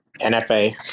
NFA